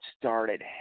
started